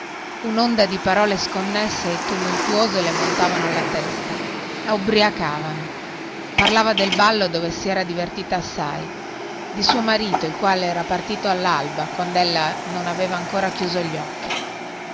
unonda di parole sconnesse e tumultuose le montavano alla testa la ubbriacavano parlava del ballo dove si era divertita assai di suo marito il quale era partito allalba quandella non aveva ancora chiuso gli occhi